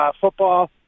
football